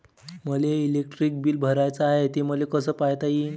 मले electric bill भराचं हाय, ते मले कस पायता येईन?